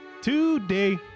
today